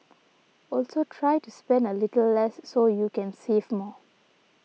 also try to spend a little less so you can save more